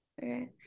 Okay